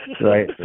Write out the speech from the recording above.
Right